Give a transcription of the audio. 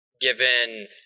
given